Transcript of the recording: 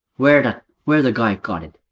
where'd where'd the guy got it?